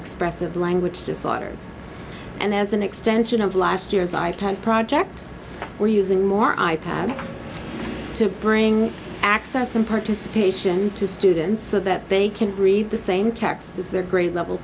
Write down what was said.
expressive language disorders and as an extension of last year's i pad project we're using more i pads to bring access and participation to students so that they can read the same text as their grade level